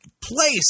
place